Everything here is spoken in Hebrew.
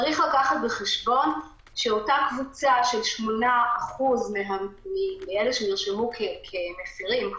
צריך לקחת בחשבון שאותה קבוצה של 8% מאלה שנרשמו כמפרים,